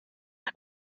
and